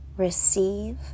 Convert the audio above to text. receive